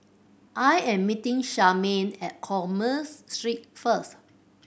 I am meeting Charmaine at Commerce Street first